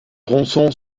tronçon